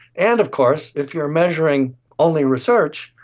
and of course if you are measuring only research,